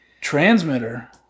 Transmitter